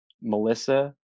Melissa